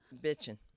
bitching